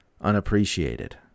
unappreciated